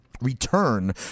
return